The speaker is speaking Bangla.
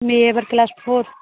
মেয়ে এবার ক্লাস ফোর